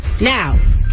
Now